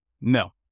No